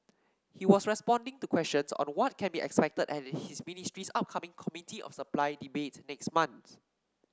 he was responding to questions on what can be expected at his ministry's upcoming Committee of Supply debate next month